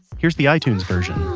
here's the itunes version